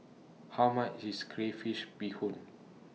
How much IS Crayfish Beehoon